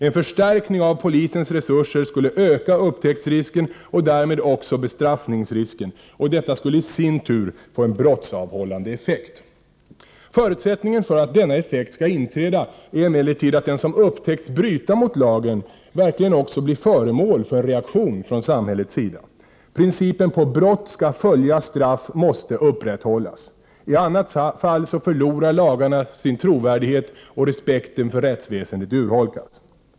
En förstärkning av polisens resurser skulle öka upptäcktsrisken och därmed också bestraffningsrisken. Detta skulle i sin tur få en brottsavhållande effekt. Förutsättningen för att denna effekt skall inträda är emellertid att den som upptäckts bryta mot lagen också blir föremål för en reaktion från samhällets sida. Principen ”på brott skall följa straff” måste upprätthållas. I annat fall förlorar lagarna sin trovärdighet och respekten för rättsväsendet urholkas.